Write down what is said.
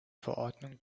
verordnung